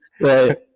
Right